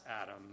Adam